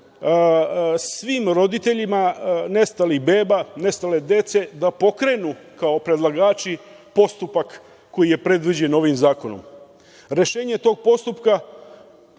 svim roditeljima nestalih beba, nestale dece, da pokrenu kao predlagači postupak koji je predviđen ovim zakonom. Rešenje tog postupka